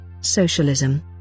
Socialism